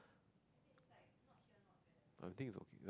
but I think it's okay like